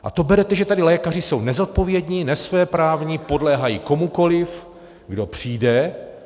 A to berete, že tedy lékaři jsou nezodpovědní, nesvéprávní, podléhají komukoliv, kdo přijde?